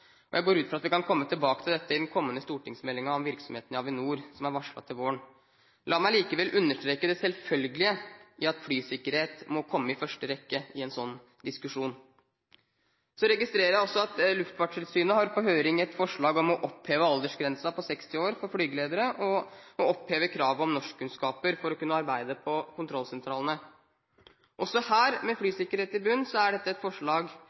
Jeg går ut fra at vi kan komme tilbake til dette i forbindelse med den kommende stortingsmeldingen om virksomheten i Avinor, som er varslet til våren. La meg likevel understreke det selvfølgelige i at flysikkerhet må komme i første rekke i en sånn diskusjon. Så registrerer jeg også at Luftfartstilsynet har på høring et forslag om å oppheve aldersgrensen på 60 år for flygeledere, og oppheve kravet om norskkunnskaper for å kunne arbeide på kontrollsentralene. Også dette – med flysikkerhet i bunn – er et forslag